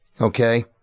Okay